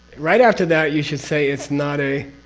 right after that you should say it's not a?